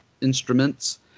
instruments